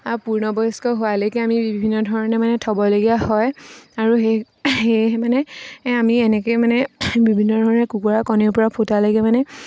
পূৰ্ণবয়স্ক হোৱালৈকে আমি বিভিন্ন ধৰণে মানে থ'বলগীয়া হয় আৰু সেই সেয়েহে মানে আমি এনেকেই মানে বিভিন্ন ধৰণে কুকুৰাৰ কণীৰ পৰা ফুটালৈকে মানে